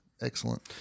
excellent